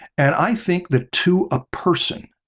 and i think that to a person,